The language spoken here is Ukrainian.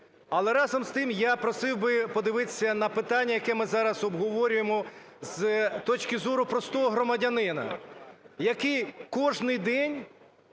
Але, разом з тим, я просив би подивитися на питання, яке ми зараз обговорюємо, з точки зору простого громадянина, які кожний день,